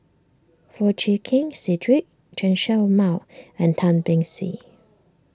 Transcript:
Foo Chee Keng Cedric Chen Show Mao and Tan Beng Swee